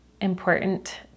important